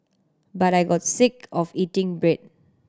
but I got sick of eating bread